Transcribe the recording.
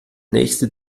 nächste